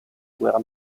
guerra